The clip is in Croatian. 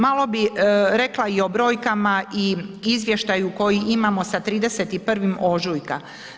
Malo bih rekla i o brojkama i izvještaju koji imamo sa 31. ožujka.